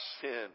sin